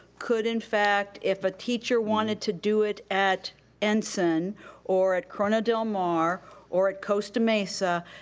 could in fact, if a teacher wanted to do it at ensign or at corona del mar or at costa mesa,